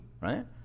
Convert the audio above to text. right